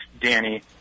Danny